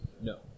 no